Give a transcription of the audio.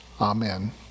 Amen